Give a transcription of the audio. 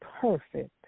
perfect